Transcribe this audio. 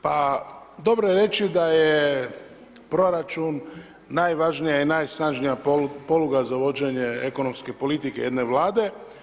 Pa dobro je reći da je proračun najvažnija i najsnažnija poluga za vođenje ekonomske politike jedne Vlade.